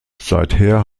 seither